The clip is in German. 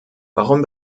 warum